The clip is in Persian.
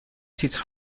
تیتر